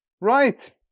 Right